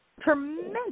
tremendous